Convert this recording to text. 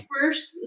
first